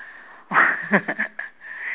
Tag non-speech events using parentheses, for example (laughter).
(laughs)